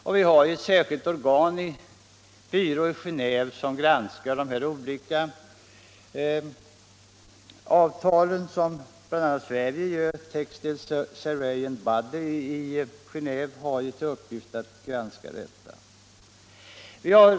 Det finns ett särskilt organ, Textile Surveyor Body i Genéve, som granskar de olika avtalen.